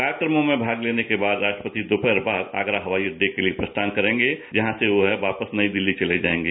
कार्यक्रमों में भाग लेने के बाद राष्ट्रपति दोषहर बाद आगरा हवाई अड्डे के लिए प्रस्थान करेंगे जहां से वह वापस नई दिल्ली चले जाएंगे